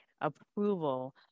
approval